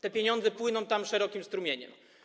Te pieniądze płyną tam szerokim strumieniem.